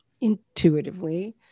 intuitively